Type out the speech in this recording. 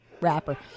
rapper